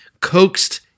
coaxed